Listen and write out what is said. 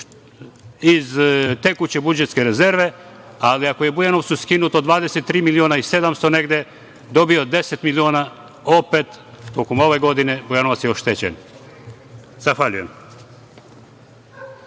iz tekuće budžetske rezerve, ali ako je Bujanovcu skinuto 23 miliona i 700 negde, dobio 10 miliona opet tokom ove godine, Bujanovac je oštećen. Zahvaljujem.